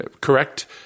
correct